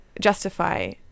justify